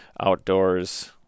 Outdoors